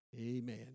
Amen